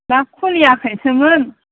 ना खुलियाखैसोमोन